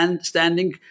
standing